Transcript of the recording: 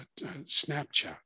Snapchat